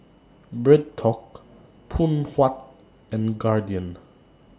BreadTalk Phoon Huat and Guardian